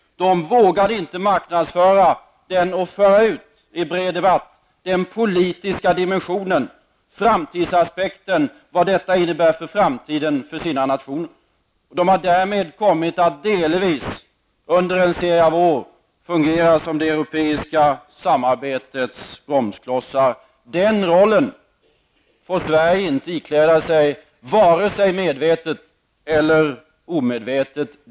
De vågade inte föra fram i debatten den politiska dimensionen, framtidsaspekten, för sina nationer. Det har därmed kommit att delvis under en serie av år fungera som det europeiska samarbetets bromsklotsar. Den rollen får Sverige inte ikläda sig, varken medvetet eller omedvetet.